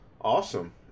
awesome